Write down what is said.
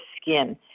skin